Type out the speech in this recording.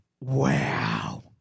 Wow